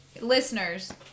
Listeners –